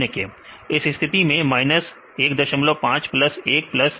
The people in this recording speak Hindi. इस स्थिति में माइनस 15 प्लस 1 प्लस 0